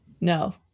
no